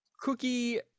cookie